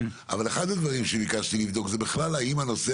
אבל אחד הדברים שביקשתי לבדוק זה האם הנושא